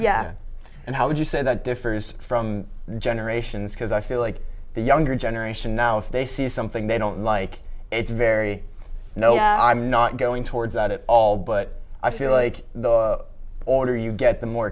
yeah and how would you say that differs from generations because i feel like the younger generation now if they see some they don't like it's very you know i'm not going towards out at all but i feel like the order you get the more